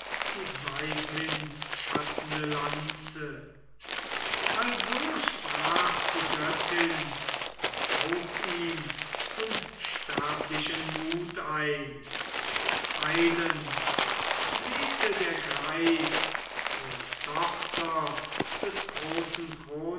die weithinschattende lanze also sprach die göttin und haucht ihm unsterblichen mut ein eilend flehte der greis zur tochter des großen